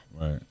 Right